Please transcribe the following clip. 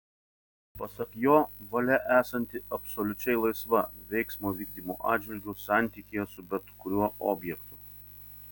pasak jo valia esanti absoliučiai laisva veiksmo vykdymo atžvilgiu santykyje su bet kuriuo objektu